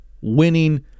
winning